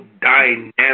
dynamic